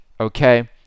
okay